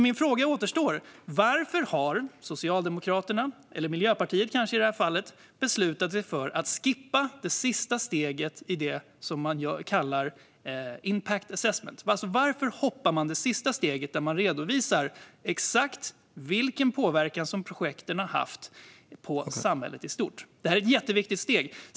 Min fråga återstår: Varför har Socialdemokraterna eller i det här fallet kanske Miljöpartiet beslutat sig för att skippa det sista steget i det som kallas impact assessment? Varför hoppar man över det sista steget, där det redovisas exakt vilken påverkan projekten har haft på samhället i stort? Det är ett jätteviktigt steg.